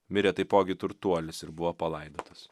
mirė taipogi turtuolis ir buvo palaidotas